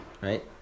right